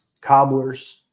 cobblers